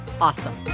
awesome